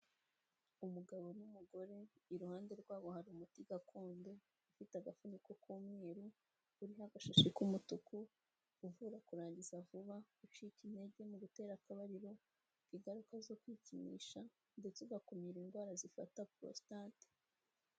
Umugabo n'umugore iruhande rwabo hari umuti gakondo ufite agafuniko k'umweru, uriho agashashi k'umutuku uvura kurangiza vuba, gucika intege mu gutera akabariro, ingaruka zo kwikinisha ndetse ugakumira indwara zifata porositate.